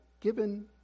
given